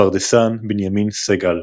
הפרדסן בנימין סגל.